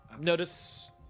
notice